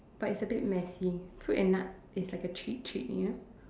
but it's a bit messy fruit and nut taste it's a cheap treat you know